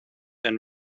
and